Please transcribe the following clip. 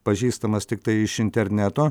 pažįstamas tiktai iš interneto